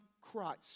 Christ